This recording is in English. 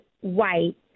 white